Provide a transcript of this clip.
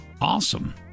Awesome